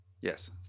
Yes